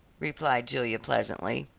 replied julia pleasantly.